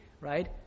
right